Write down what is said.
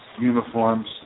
uniforms